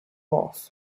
off